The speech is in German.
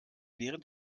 während